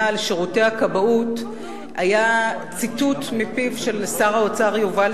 על שירותי הכבאות היה ציטוט מפיו של שר האוצר יובל